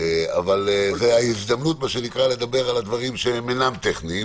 זו ההזדמנות לדבר על דברים שהם אינם טכניים.